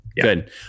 Good